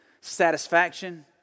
satisfaction